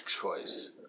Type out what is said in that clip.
choice